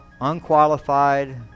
Unqualified